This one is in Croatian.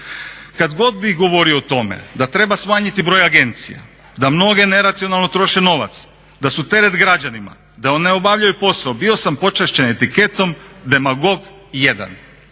Kad god bih govorio o tome da treba smanjiti broj agencija, da mnoge neracionalno troše novac, da su teret građanima, da ne obavljaju posao, bio sam počašćen etiketom demagog 1